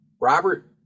robert